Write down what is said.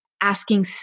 asking